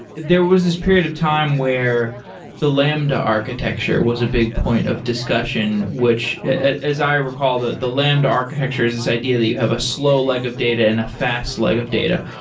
there was this period of time where the lambda architecture was a big point of discussion, which as i recall, the the lambda architecture is this idea that you have a slow leg of data and a fast leg of data.